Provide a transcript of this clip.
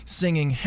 singing